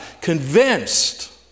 convinced